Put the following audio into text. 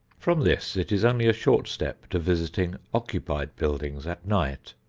from this it is only a short step to visiting occupied buildings at night.